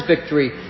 victory